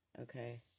okay